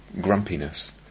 grumpiness